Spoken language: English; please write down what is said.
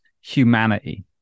humanity